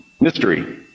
mystery